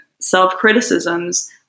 self-criticisms